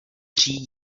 tří